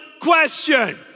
question